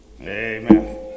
Amen